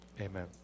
Amen